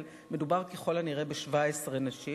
אבל מדובר ככל הנראה ב-17 נשים.